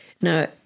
Now